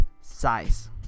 size